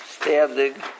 standing